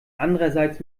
andererseits